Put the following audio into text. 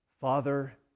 Father